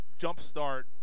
jumpstart